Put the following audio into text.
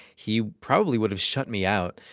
he probably would have shut me out,